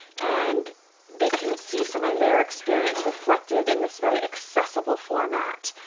and they can see some of their experience reflected in this very accessible format.